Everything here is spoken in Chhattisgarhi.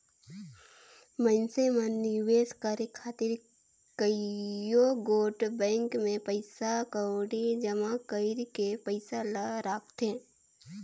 मइनसे मन निवेस करे खातिर कइयो गोट बेंक में पइसा कउड़ी जमा कइर के पइसा ल राखथें